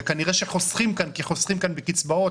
וכנראה שחוסכים כאן כי חוסכים כאן בקצבאות,